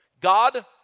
God